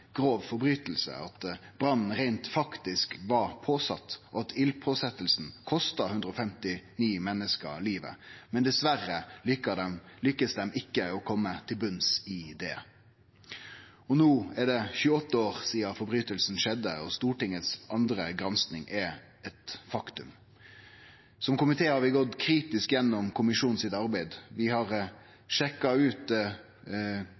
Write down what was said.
at brannen reint faktisk var påsett, og at eldspåsetjinga kosta 159 menneske livet, men dessverre lykkast dei ikkje å finne ut av det. No er det 28 år sidan brotsverket skjedde, og Stortingets andre gransking er eit faktum. Komiteen har gått kritisk gjennom arbeidet til kommisjonen. Vi har